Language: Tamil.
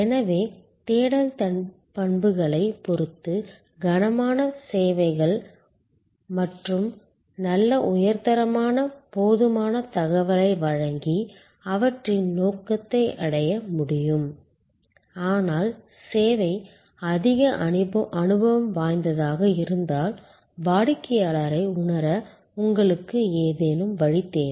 எனவே தேடல் பண்புகளைப் பொறுத்து கனமான சேவைகள் நல்ல உயர் தரமான போதுமான தகவலை வழங்கி அவற்றின் நோக்கத்தை அடைய முடியும் ஆனால் சேவை அதிக அனுபவம் வாய்ந்ததாக இருந்தால் வாடிக்கையாளரை உணர உங்களுக்கு ஏதேனும் வழி தேவை